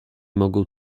mogą